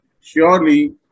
Surely